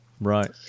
Right